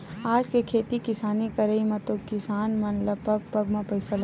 आज के खेती किसानी करई म तो किसान मन ल पग पग म पइसा लगथे